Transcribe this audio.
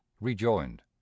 rejoined